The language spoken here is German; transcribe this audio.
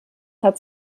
hat